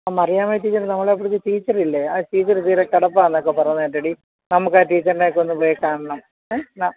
ആ മറിയാമേച്ചിക്ക് നമ്മളെ അപ്പുറത്തെ ടീച്ചറില്ലേ ആ ടീച്ചർ തീരെ കിടപ്പാണെന്നൊക്കെ പറഞ്ഞേട്ടെടി നമുക്ക് ആ ടീച്ചറിനേയൊക്കെ ഒന്ന് പോയി കാണണം ഏ